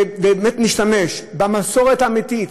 ובאמת נשתמש במסורת האמיתית,